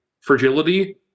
fragility